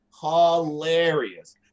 hilarious